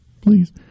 Please